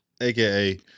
aka